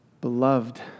beloved